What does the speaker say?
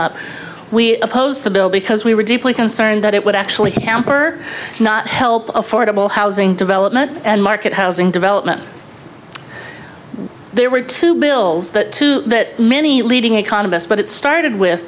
up we opposed the bill because we were deeply concerned that it would actually help or not help affordable housing development and market housing development there were two bills that too many leading economists but it started with